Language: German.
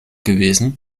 gewesen